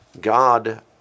God